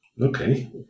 Okay